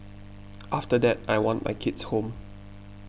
after that I want my kids home